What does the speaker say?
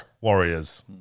warriors